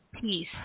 peace